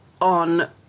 on